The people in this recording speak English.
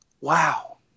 wow